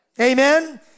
Amen